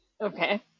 Okay